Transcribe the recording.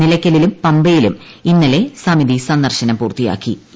നിലക്കലിലും പമ്പയിലും ഇന്നലെ സമിതി സന്ദർശനം പൂർത്തിയാക്കിയിരുന്നു